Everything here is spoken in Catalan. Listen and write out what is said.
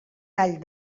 tall